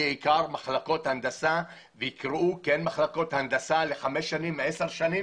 בעיקר מחלקות הנדסה ויקראו מחלקות הנדסה לחמש שנים ולעשר שנים